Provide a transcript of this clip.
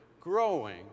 growing